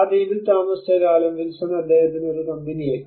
ആ ദ്വീപിൽ താമസിച്ച കാലം വിൽസൺ അദ്ദേഹത്തിന് ഒരു കമ്പനിയായി